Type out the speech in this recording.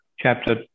Chapter